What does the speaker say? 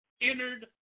entered